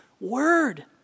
word